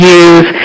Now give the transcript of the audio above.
use